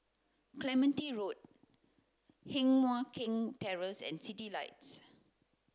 Clementi Road Heng Mui Keng Terrace and Citylights